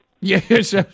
Yes